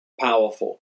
powerful